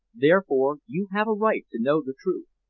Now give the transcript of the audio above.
therefore you have a right to know the truth.